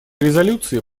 резолюции